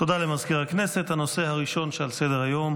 מזכיר הכנסת דן מרזוק: